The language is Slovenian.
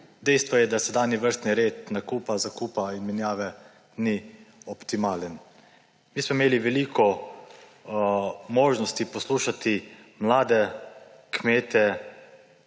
Dejstvo je, da sedanji vrstni red nakupa, zakupa in menjave ni optimalen. Mi smo imeli veliko možnosti poslušati mlade kmete,